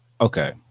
okay